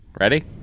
Ready